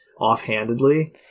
offhandedly